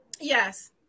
Yes